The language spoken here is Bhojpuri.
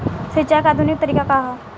सिंचाई क आधुनिक तरीका का ह?